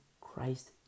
Christ